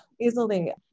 easily